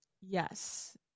Yes